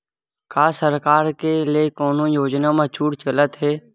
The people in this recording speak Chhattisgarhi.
का सरकार के ले कोनो योजना म छुट चलत हे?